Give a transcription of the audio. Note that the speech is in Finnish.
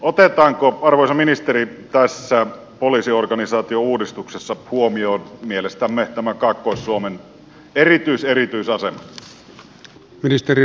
otetaanko arvoisa ministeri tässä poliisiorganisaatiouudistuksessa huomioon tämä kaakkois suomen mielestämme erityiserityisasema